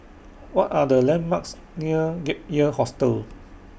What Are The landmarks near Gap Year Hostel